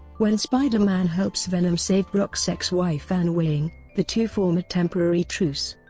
when spider-man helps venom save brock's ex-wife anne weying, the two form a temporary truce,